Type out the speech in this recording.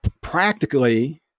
practically